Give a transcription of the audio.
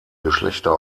geschlechter